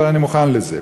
אבל אני מוכן לזה.